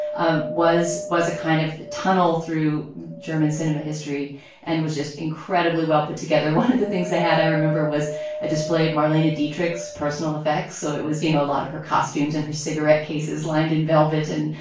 ah was was a kind of tunnel through german cinema history and was just incredibly well-put together. one of the things that had i remember was a display of marlena dietrich's personal effects. so it was, you know, a lot of her costumes and her cigarette cases lined in velvet and,